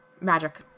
Magic